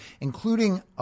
including